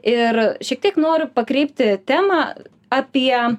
ir šiek tiek noriu pakreipti temą apie